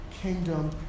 kingdom